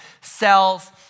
cells